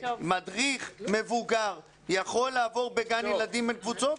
מדריך מבוגר יכול לעבור בגן ילדים עם קבוצות?